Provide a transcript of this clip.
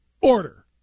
order